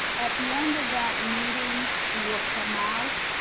at the end of that meeting, we will come out.